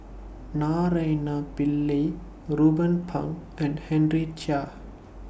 Naraina Pillai Ruben Pang and Henry Chia